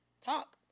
talk